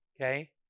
okay